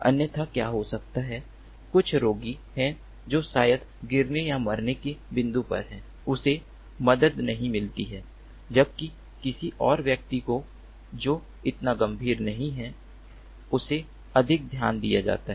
अन्यथा क्या हो सकता है कुछ रोगी है जो शायद गिरने या मरने के बिंदु पर है उसे मदद नहीं मिलती है जबकि किसी और व्यक्ति को जो इतना गंभीर नहीं है उसे अधिक ध्यान दिया जाता है